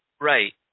Right